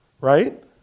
Right